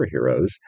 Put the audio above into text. superheroes